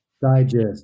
Digest